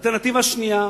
אלטרנטיבה שנייה